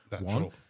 One